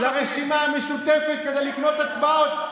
לרשימה המשותפת, כדי לקנות הצבעות.